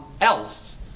else